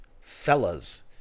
fellas